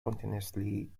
continuously